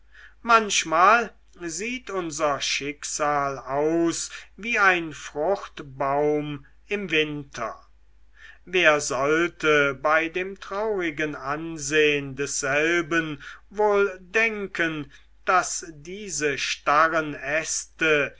manchmal sieht unser schicksal aus wie ein fruchtbaum im winter wer sollte bei dem traurigen an sehn desselben wohl denken daß diese starren äste